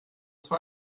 zwei